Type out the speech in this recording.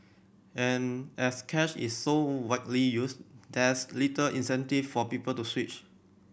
and as cash is so widely used there's little incentive for people to switch